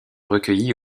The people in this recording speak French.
recueillies